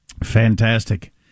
Fantastic